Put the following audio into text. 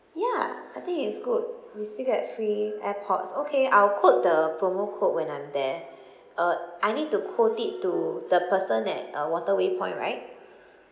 ya I think it's good we still get free AirPods okay I'll quote the promo code when I'm there uh I need to quote it to the person that uh waterway point right